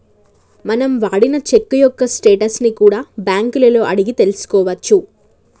మనం వాడిన చెక్కు యొక్క స్టేటస్ ని కూడా బ్యేంకులలో అడిగి తెల్సుకోవచ్చు